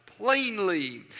plainly